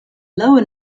lower